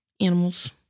animals